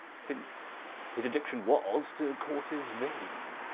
since his addiction was to courses vaine,